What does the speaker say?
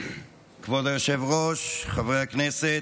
כבוד היושב-ראש, חברי הכנסת,